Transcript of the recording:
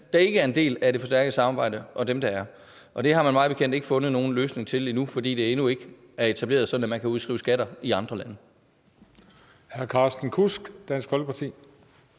der ikke er en del af det forstærkede samarbejde, og dem, der er. Det har man mig bekendt ikke fundet nogen løsning på endnu, fordi det endnu ikke er etableret sådan, at man kan udskrive skatter i andre lande.